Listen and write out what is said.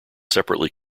separately